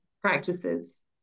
practices